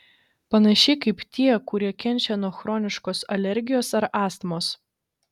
panašiai kaip tie kurie kenčia nuo chroniškos alergijos ar astmos